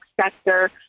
sector